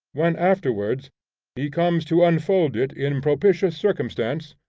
when afterwards he comes to unfold it in propitious circumstance,